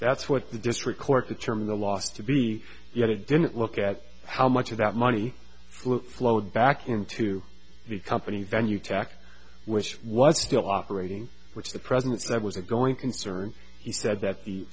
that's what the district court determined the loss to be yet it didn't look at how much of that money flowed back into the company venue tax which was still operating which the president said was a going concern he said that the